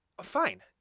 fine